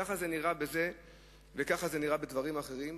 כך זה נראה בזה וכך זה נראה בדברים אחרים.